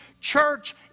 church